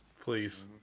Please